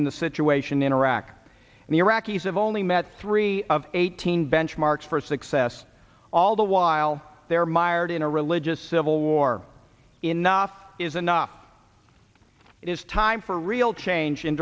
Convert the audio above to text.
in the situation in iraq and the iraqis have only met three of eighteen benchmarks for success all the while they're mired in a religious civil war or enough is enough it is time for a real change in